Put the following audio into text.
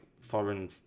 foreign